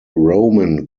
roman